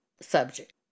subject